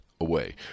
away